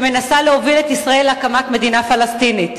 שמנסה להוביל את ישראל להקמת מדינה פלסטינית.